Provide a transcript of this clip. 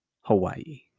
Hawaii